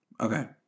Okay